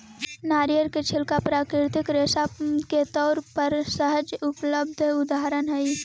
नरियर के छिलका प्राकृतिक रेशा के तौर पर सहज उपलब्ध उदाहरण हई